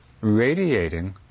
radiating